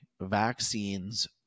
vaccines